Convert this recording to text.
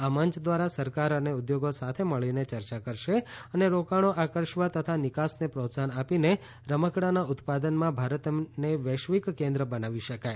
આ મંચ દ્વારા સરકાર અને ઉદ્યોગો સાથે મળીને ચર્ચા કરશે અને રોકાણો આકર્ષવા તથા નિકાસને પ્રોત્સાહન આપીને રમકડાંના ઉત્પાદનમાં ભારતને વૈશ્વિક કેન્દ્ર બનાવી શકાય